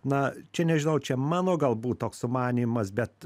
na čia nežinau čia mano galbūt toks sumanymas bet